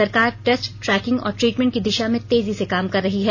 सरकार test tracking और treatment की दिशा में तेजी से काम कर रही है